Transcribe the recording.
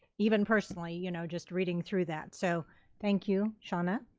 even personally you know just reading through that, so thank you, channa.